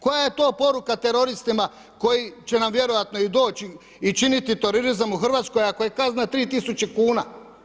Koja je to poruka teroristima koji će nam vjerojatno i doći i činiti terorizam u Hrvatskoj ako je kazna 3 tisuća kuna?